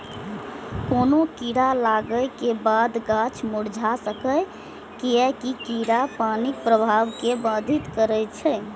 कोनो कीड़ा लागै के बादो गाछ मुरझा सकैए, कियैकि कीड़ा पानिक प्रवाह कें बाधित करै छै